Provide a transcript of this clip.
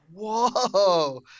whoa